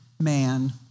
man